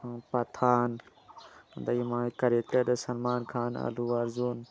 ꯄꯊꯥꯟ ꯑꯗꯒꯤ ꯃꯥꯒꯤ ꯀꯔꯦꯛꯇꯔꯗ ꯁꯜꯃꯥꯟ ꯈꯥꯟ ꯑꯂꯨ ꯑꯥꯔꯖꯨꯟ